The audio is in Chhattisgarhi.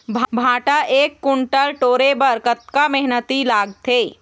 भांटा एक कुन्टल टोरे बर कतका मेहनती लागथे?